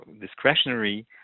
discretionary